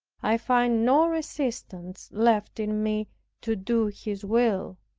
i find no resistance left in me to do his will,